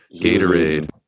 Gatorade